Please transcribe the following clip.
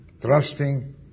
trusting